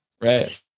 Right